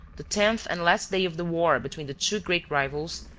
the tenth and last day of the war between the two great rivals,